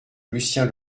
lucien